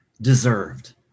deserved